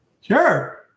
Sure